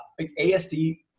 ASD